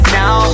now